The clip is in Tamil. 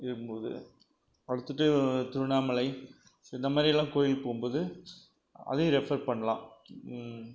என்பது அடுத்தது திருவண்ணாமலை இந்தமாதிரியெல்லாம் கோவிலுக்கு போகும் போது அதையும் ரெஃபர் பண்ணலாம்